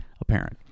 Apparent